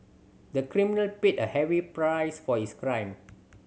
the criminal paid a heavy price for his crime